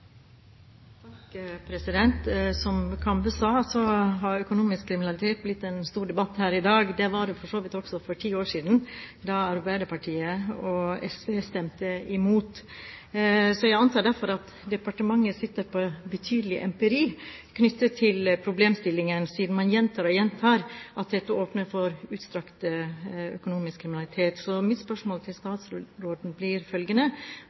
Som Kambe sa, har det blitt en stor debatt om økonomisk kriminalitet her i dag. Det var det for så vidt også for ti år siden, da Arbeiderpartiet og SV stemte imot. Jeg antar derfor at departementet sitter på betydelig empiri knyttet til problemstillingen, siden man gjentar og gjentar at dette åpner for utstrakt økonomisk kriminalitet. Mitt spørsmål til statsråden blir følgende: